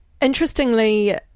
interestingly